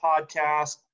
podcast